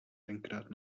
tenkrát